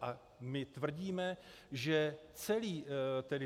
A my tvrdíme, že celý